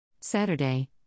Saturday